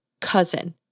cousin